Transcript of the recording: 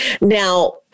Now